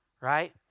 right